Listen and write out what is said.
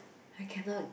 I cannot